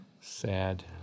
Sad